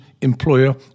employer